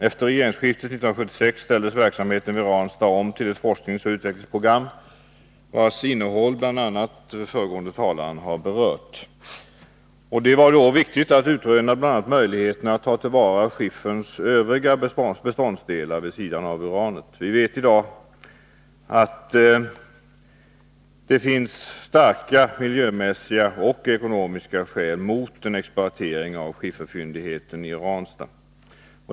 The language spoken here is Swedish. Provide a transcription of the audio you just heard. Efter regeringsskiftet 1976 ställdes verksamheten vid Ranstad om till forskningsoch utvecklingsprogram, vars innehåll den föregående talaren har berört. Det var bl.a. viktigt att utröna möjligheterna att ta till vara skifferns övriga beståndsdelar vid sidan av uranet. Vi vet i dag att det finns starka miljömässiga och ekonomiska skäl mot en exploatering av skifferfyndigheten i Ranstad.